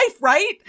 right